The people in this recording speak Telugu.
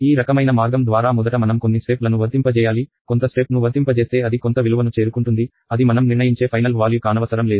ఈ రకమైన మార్గం ద్వారా మొదట మనం కొన్ని స్టెప్ లను వర్తింపజేయాలి కొంత స్టెప్ ను వర్తింపజేస్తే అది కొంత విలువను చేరుకుంటుంది అది మనం నిర్ణయించే ఫైనల్ వ్వాల్యు కానవసరం లేదు